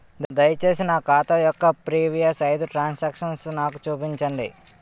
దయచేసి నా ఖాతా యొక్క ప్రీవియస్ ఐదు ట్రాన్ సాంక్షన్ నాకు చూపండి